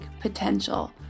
potential